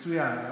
מצוין.